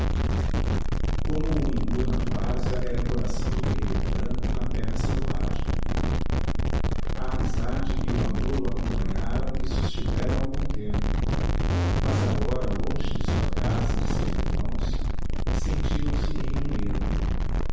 como o imbu na várzea era o coração do guerreiro branco na terra selvagem a amizade e o amor o acompanharam e sustiveram algum tempo mas agora longe de sua casa e de seus irmãos sentiu-se em um ermo